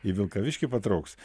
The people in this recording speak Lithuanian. į vilkaviškį patrauks